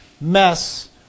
mess